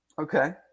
Okay